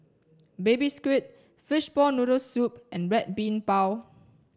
baby squid fishball noodle soup and red bean bao